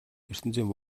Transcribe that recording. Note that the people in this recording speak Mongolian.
ертөнцийн